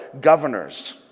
governors